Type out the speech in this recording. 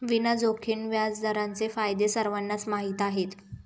विना जोखीम व्याजदरांचे फायदे सर्वांनाच माहीत आहेत